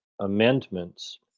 amendments